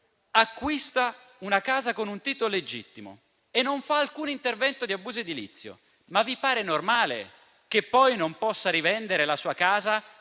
acquista una casa con un titolo legittimo e non fa alcun intervento di abuso edilizio, vi pare normale che poi non possa rivendere la sua casa